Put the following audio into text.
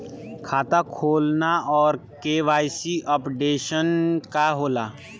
खाता खोलना और के.वाइ.सी अपडेशन का होला?